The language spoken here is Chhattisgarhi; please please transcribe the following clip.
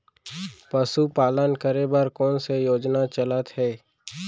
पशुपालन करे बर कोन से योजना चलत हे?